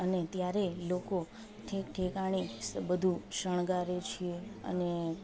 અને ત્યારે લોકો ઠેક ઠેકાણે બધું શણગારે છે અને